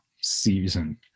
season